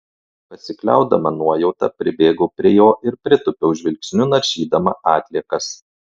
pasikliaudama nuojauta pribėgau prie jo ir pritūpiau žvilgsniu naršydama atliekas